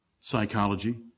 Psychology